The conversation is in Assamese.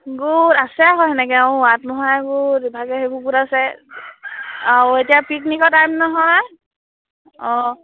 গোট আছে আকৌ তেনেকৈ অঁ হোৱাত নোহোৱাই ইভাগে সেইবোৰ গোট আছে আৰু এতিয়া পিকনিকৰ টাইম নহয় অঁ